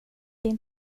din